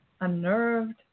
unnerved